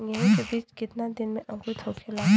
गेहूँ के बिज कितना दिन में अंकुरित होखेला?